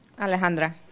Alejandra